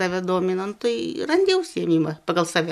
tave domina nu tai randi užsiėmimą pagal save